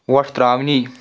وۄٹھ ترٛاوٕنۍ